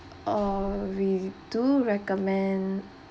uh we do recommend